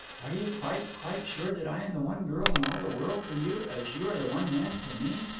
are you quite, quite sure that i am the one girl in all the world for you, as you are the one man for me?